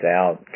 out